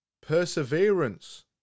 Perseverance